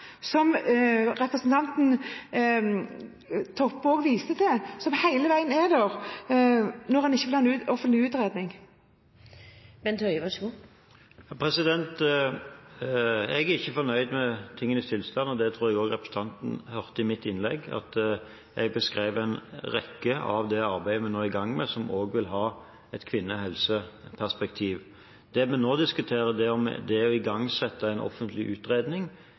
som er der hele tiden – som representanten Toppe også viste til – når han ikke vil ha en offentlig utredning? Jeg er ikke fornøyd med tingenes tilstand, og det tror jeg også at representanten hørte i mitt innlegg. Jeg beskrev en rekke av de arbeidene vi nå er i gang med, som også vil ha et kvinnehelseperspektiv. Det vi nå diskuterer, er om det å igangsette en offentlig utredning